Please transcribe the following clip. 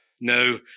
no